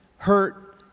Hurt